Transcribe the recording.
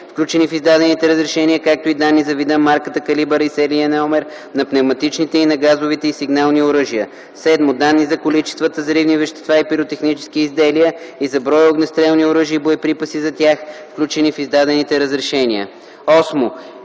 включени в издадените разрешения, както и данни за вида, марката, калибъра и серийния номер на пневматичните и на газовите и сигнални оръжия; 7. данни за количествата взривни вещества и пиротехнически изделия и за броя огнестрелни оръжия и боеприпаси за тях, включени в издадените разрешения;